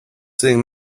sitting